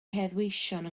heddweision